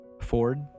Ford